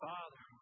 Father